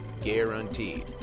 guaranteed